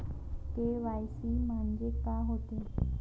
KYC म्हंनजे का होते?